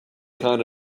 kind